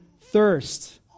thirst